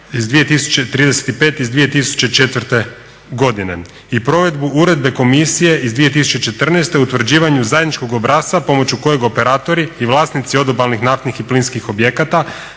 2035 iz 2004. godine i provedbu uredbe komisije iz 2014. o utvrđivanju zajedničkog obrasca pomoću kojeg operatori i vlasnici odobalnih naftnih i plinskih objekata